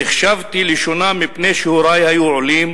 נחשבתי לשונה מפני שהורי היו עולים